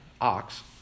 ox